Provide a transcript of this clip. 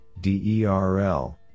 DERL